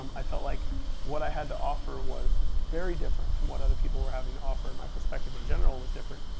um i felt like what i had to offer was very different from what other people were having to offer. my perspective in general was different.